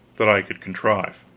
that i could contrive.